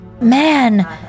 Man